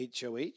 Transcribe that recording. HOH